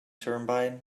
turbine